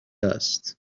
است